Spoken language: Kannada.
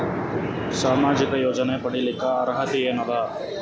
ಸಾಮಾಜಿಕ ಯೋಜನೆ ಪಡಿಲಿಕ್ಕ ಅರ್ಹತಿ ಎನದ?